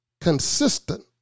consistent